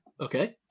okay